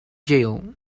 jail